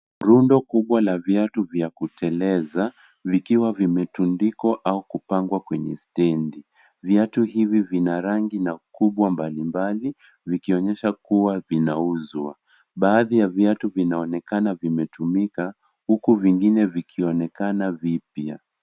Rundo kubwa la vyatu vya kuteleza vikiwa vimetundikwa au kuoangwa kwenye stendi. Viatu hivi vina rangi na kubwa mbalimbali vikionyesha kuwa vinauzwa. Baadhi ya viatu vinaonekana kuwa vimetumika huku vingine vikionekana vipya.